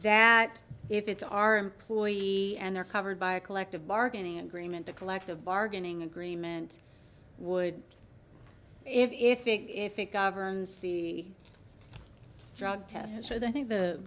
that if it's our employee and they're covered by a collective bargaining agreement the collective bargaining agreement would if it if it governs the drug tests i think the